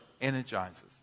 energizes